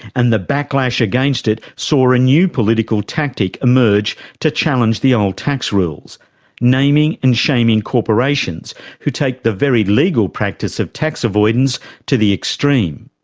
and the backlash against it saw a new political tactic emerge to challenge the old tax rules naming and shaming corporations who take the very legal practice of tax avoidance to the extreme.